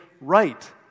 right